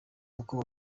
uko